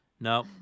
No